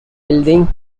building